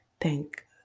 Thank